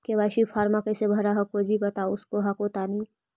KYC फॉर्मा कैसे भरा हको जी बता उसको हको तानी?